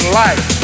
life